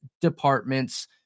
departments